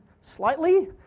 slightly